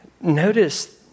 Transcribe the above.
Notice